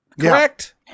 correct